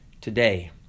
today